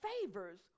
favors